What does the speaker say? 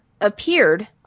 appeared